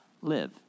live